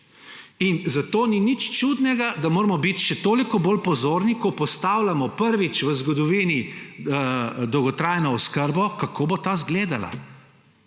Zato ni nič čudnega, da moramo biti še toliko bolj pozorni, ko postavljamo prvič v zgodovini dolgotrajno oskrbo, kako bo ta izgledala.